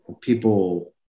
people